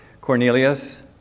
Cornelius